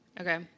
Okay